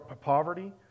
poverty